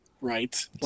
right